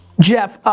jeff,